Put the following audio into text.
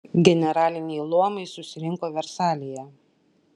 generaliniai luomai susirinko versalyje